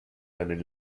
deinen